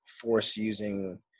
force-using